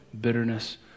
bitterness